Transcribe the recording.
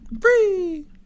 Free